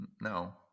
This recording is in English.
No